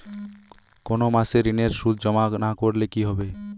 কোনো মাসে ঋণের সুদ জমা না করলে কি হবে?